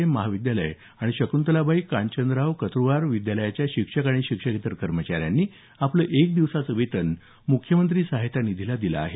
M महाविद्यालय आणि शकृंतलाबाई कांचनराव कत्रुवार विद्यालयाच्या शिक्षक आणि शिक्षकेतर कर्मचाऱ्यांनी आपलं एक दिवसाचं वेतन मुख्यमंत्री सहायता निधीला दिलं आहे